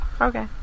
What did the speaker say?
Okay